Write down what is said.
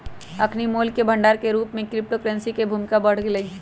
अखनि मोल के भंडार के रूप में क्रिप्टो करेंसी के भूमिका बढ़ गेलइ